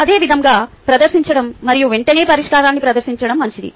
అదేవిధంగా ప్రదర్శించడం మరియు వెంటనే పరిష్కారాన్ని ప్రదర్శించడం మంచిది